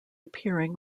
appearing